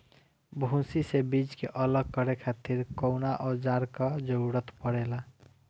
भूसी से बीज के अलग करे खातिर कउना औजार क जरूरत पड़ेला?